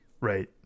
Right